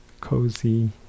cozy